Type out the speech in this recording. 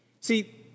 See